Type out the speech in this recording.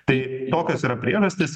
tai tokios yra priežastys